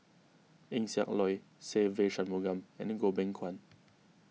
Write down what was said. Eng Siak Loy Se Ve Shanmugam and Goh Beng Kwan